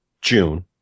June